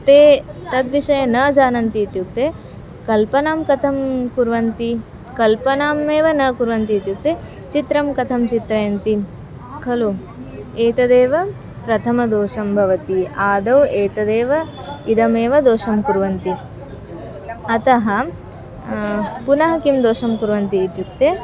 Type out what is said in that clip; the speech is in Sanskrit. ते तद्विषये न जानन्ति इत्युक्ते कल्पनां कथं कुर्वन्ति कल्पनामेव न कुर्वन्ति इत्युक्ते चित्रं कथं चित्रयन्ति खलु एतदेव प्रथमदोषं भवति आदौ एतदेव इदमेव दोषं कुर्वन्ति अतः पुनः कं दोषं कुर्वन्ति इत्युक्ते